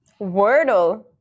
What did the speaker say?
Wordle